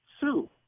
Sue